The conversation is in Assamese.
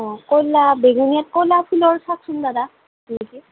অ ক'লা বেঙুনীয়াত ক'লা ফুলৰ চাওকচোন দাদা